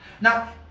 now